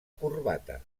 corbata